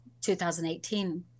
2018